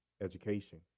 education